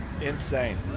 Insane